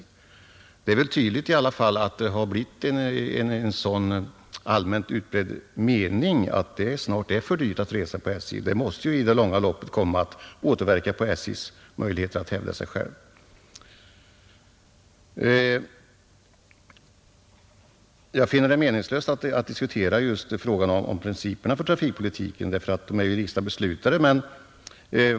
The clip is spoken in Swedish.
Det är i alla fall tydligt att det har blivit en allmänt utbredd mening att det snart är för dyrt att resa med SJ, och detta måste naturligtvis i det långa loppet komma att återverka på SJ:s möjligheter att hävda sig. Jag finner det meningslöst att diskutera principerna för trafikpolitiken, eftersom de redan är beslutade.